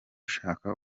shaka